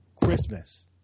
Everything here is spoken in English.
Christmas